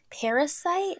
Parasite